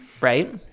right